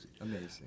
amazing